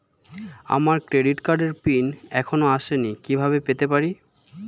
আমার ক্রেডিট কার্ডের পিন এখনো আসেনি কিভাবে পেতে পারি?